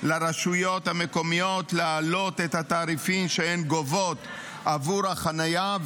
לרשויות המקומיות להעלות את התעריפים שהן גובות עבור החניה,